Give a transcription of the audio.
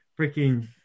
freaking